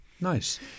Nice